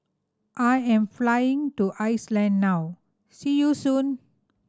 I am flying to Iceland now see you soon